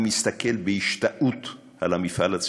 אני מסתכל בהשתאות על המפעל הציוני,